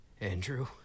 Andrew